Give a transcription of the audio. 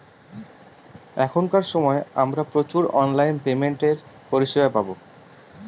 এখনকার সময় আমরা প্রচুর অনলাইন পেমেন্টের পরিষেবা পাবো